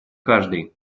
каждый